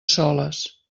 soles